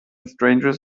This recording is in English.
strangers